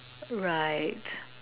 right